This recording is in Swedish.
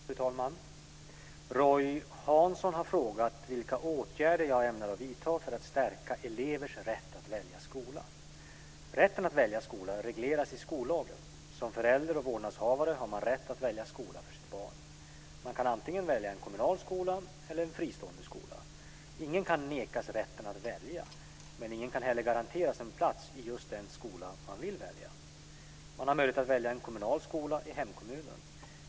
Fru talman! Roy Hansson har frågat vilka åtgärder jag ämnar vidta för att stärka elevers rätt att välja skola. . Som förälder och vårdnadshavare har man rätt att välja skola för sitt barn. Man kan antingen välja en kommunal skola eller en fristående skola. Ingen kan nekas rätten att välja, men ingen kan heller garanteras en plats i just den skola man vill välja. Man har möjlighet att välja en kommunal skola i hemkommunen.